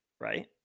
right